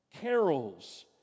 carols